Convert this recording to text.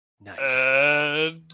Nice